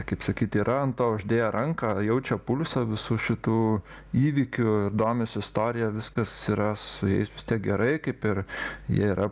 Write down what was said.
kaip sakyti yra an to uždėję ranką jaučia pulsą visų šitų įvykių ir domis istoriją viskas yra su jais vis tiek gerai kaip ir jie yra